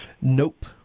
Nope